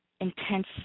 intense